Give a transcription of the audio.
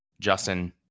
Justin